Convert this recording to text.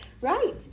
right